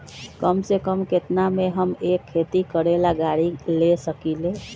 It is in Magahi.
कम से कम केतना में हम एक खेती करेला गाड़ी ले सकींले?